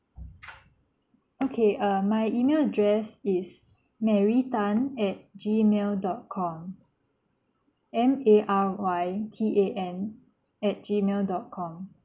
okay um my email address is mary tan at gmail dot com M A R Y T A N at gmail dot com